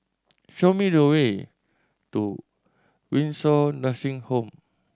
show me the way to Windsor Nursing Home